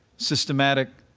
systematic,